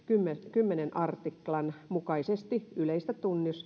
kymmenennen artiklan mukaisesti yleistä